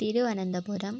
Thiruvananthapuram